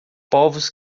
povos